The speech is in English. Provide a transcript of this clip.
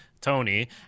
Tony